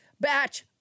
batch